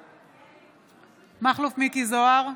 בעד מכלוף מיקי זוהר,